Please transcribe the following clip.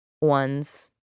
one's